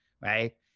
right